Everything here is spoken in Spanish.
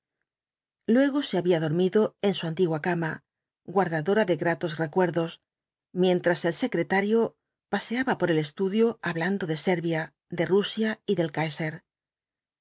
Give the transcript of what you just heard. luego se había dormido en su antigua cama guardadora de gratos recuerdos mientras el secretario paseaba por el estudio hablando de servia de rusia y del